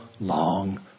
long